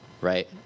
Right